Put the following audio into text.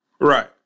Right